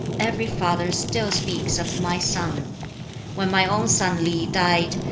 every father still speaks of my son when my own son li died,